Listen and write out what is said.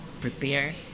prepare